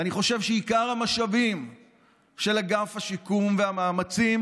ואני חושב שעיקר המשאבים של אגף השיקום והמאמצים